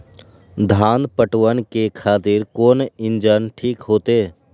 धान पटवन के खातिर कोन इंजन ठीक होते?